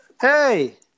hey